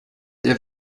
der